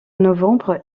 novembre